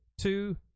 two